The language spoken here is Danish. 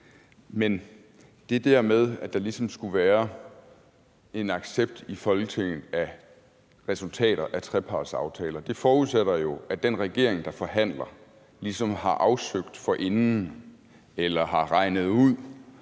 Jamen det der med, at der ligesom skulle være en accept i Folketinget af resultater af trepartsaftaler, forudsætter jo, at den regering, der forhandler, ligesom forinden har afsøgt eller har regnet ud,